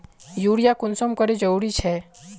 Urea कुंसम करे जरूरी छै?